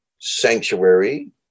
sanctuary